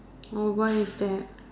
oh what is that